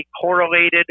correlated